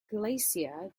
galicia